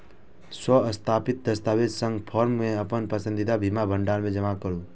स्वसत्यापित दस्तावेजक संग फॉर्म कें अपन पसंदीदा बीमा भंडार मे जमा करू